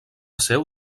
seu